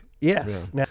Yes